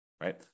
right